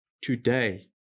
today